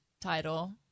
title